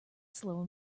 slow